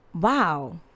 Wow